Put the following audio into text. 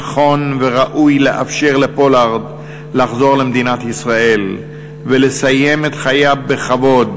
נכון וראוי לאפשר לפולארד לחזור למדינת ישראל ולסיים את חייו בכבוד,